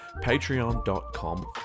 Patreon.com